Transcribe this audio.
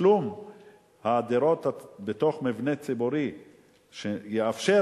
תשלום הדירות בתוך מבנה ציבורי שיאפשר